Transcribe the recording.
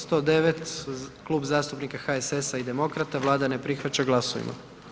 109, Klub zastupnika HSS-a i Demokrata, Vlada ne prihvaća, glasujmo.